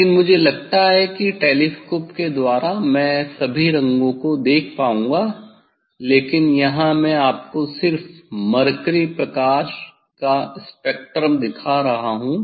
लेकिन मुझे लगता है कि टेलीस्कोप के द्वारा मैं सभी रंगों को देख पाऊंगा लेकिन यहां मैं आपको सिर्फ मरकरी प्रकाश का स्पेक्ट्रम दिखा रहा हूं